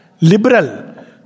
Liberal